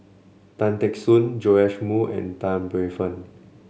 Tan Teck Soon Joash Moo and Tan Paey Fern